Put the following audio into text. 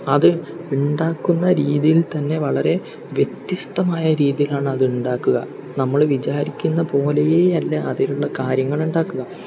അത് ഉണ്ടാക്കുന്ന രീതിയിൽ തന്നെ വളരേ വ്യത്യസ്ഥമായ രീതിയിലാണ് അത് ഉണ്ടാക്കുക നമ്മള് വിചാരിക്കുന്ന പോലെയേ അല്ല അതിലുള്ള കാര്യങ്ങൾ ഉണ്ടാക്കുക